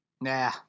nah